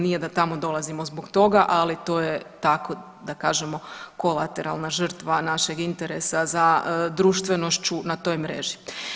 Nije da tamo dolazimo zbog toga, ali to je tako da kažemo kolateralna žrtva našeg interesa za društvenošću na toj mreži.